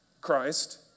Christ